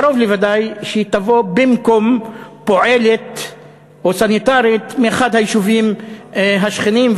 קרוב לוודאי שהיא תבוא במקום פועלת או סניטרית מאחד היישובים השכנים,